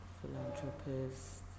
philanthropist